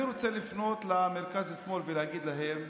אני רוצה לפנות למרכז-שמאל ולהגיד להם: